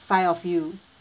five of you